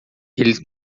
ele